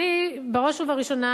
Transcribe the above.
אני בראש ובראשונה